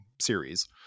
series